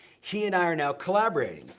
he and i are now collaborating.